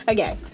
Okay